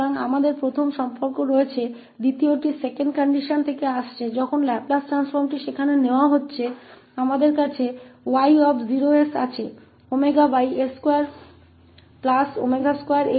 तो हमारा पहला संबंध है दूसरा संबंध दूसरी स्थिति से आ रहा है जब लाप्लास ट्रांसफॉर्म को वहां ले जाया जाता है तो हमारे पास 𝑌0 𝑠 के 2s2 रूप में होता है